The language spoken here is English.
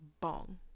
bong